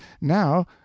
now